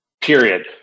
period